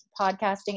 podcasting